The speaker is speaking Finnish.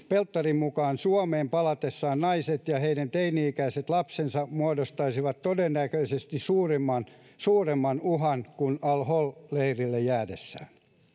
pelttarin mukaan suomeen palatessaan naiset ja heidän teini ikäiset lapsensa muodostaisivat todennäköisesti suuremman uhan kuin al holin leirille jäädessään